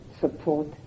support